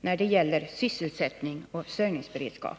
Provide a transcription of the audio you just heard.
när det gäller sysselsättning och försörjningsberedskap.